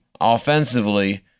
offensively